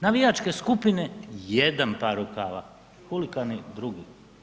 Navijačke skupine, jedan par rukava, huligani, drugi.